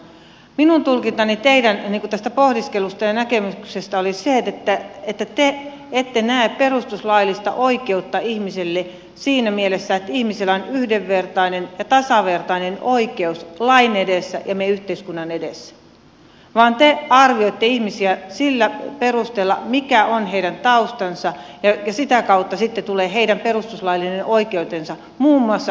minun tulkintani teidän tästä pohdiskelustanne ja näkemyksestänne oli se että te ette näe perustuslaillista oikeutta ihmisille siinä mielessä että ihmisillä on yhdenvertainen ja tasavertainen oikeus lain edessä ja meidän yhteiskunnan edessä vaan te arvioitte ihmisiä sillä perusteella mikä on heidän taustansa ja sitä kautta sitten tulee heidän perustuslaillinen oikeutensa muun muassa opiskeluun